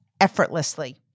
effortlessly